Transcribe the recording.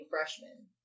freshman